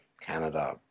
Canada